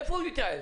מאיפה הוא יתייעל?